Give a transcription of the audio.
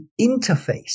interface